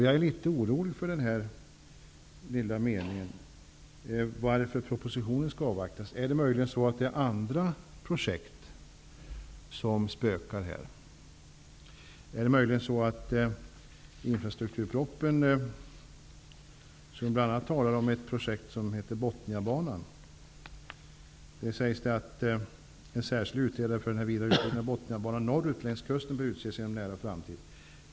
Jag är litet orolig över vad ministern säger om att propositionen skall avvaktas. Är det möjligen så att andra projekt spökar här? Är det möjligen så att det som spökar är infrastrukturpropositionen och det som står skrivet där om ett projekt som heter Bothniabanan? I den propositionen står det nämligen att en särskild utredare för den vidare utbyggnaden av Bothniabanan norrut längs kusten bör utses inom en nära framtid.